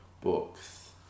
books